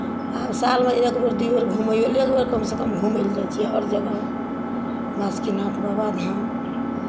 आब सालमे एक बेर दू बेर घूमैओ लेल कमसँ कम घूमैओ लेल जाइ छियै हर जगह बासुकीनाथ बाबाधाम